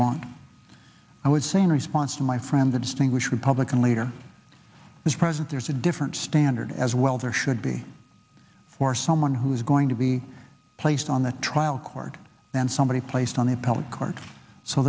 want i would say in response to my friend to distinguish republican leader is present there's a different standard as well there should be more someone who is going to be placed on the trial court than somebody placed on the